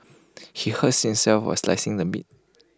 he hurt himself while slicing the meat